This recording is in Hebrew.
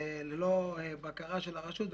ללא בקרה של הרשות.